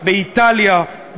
באיטליה,